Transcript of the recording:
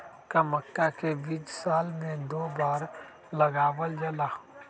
का मक्का के बीज साल में दो बार लगावल जला?